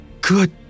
Good